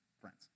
friends